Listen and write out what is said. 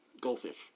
goldfish